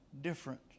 different